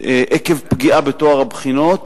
עקב פגיעה בטוהר הבחינות,